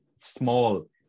small